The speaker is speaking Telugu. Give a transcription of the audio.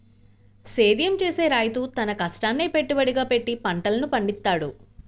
సేద్యం చేసే రైతు తన కష్టాన్నే పెట్టుబడిగా పెట్టి పంటలను పండిత్తాడు